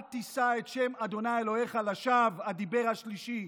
אל תישא את שם ה' אלוהיך לשווא, הדיבר השלישי.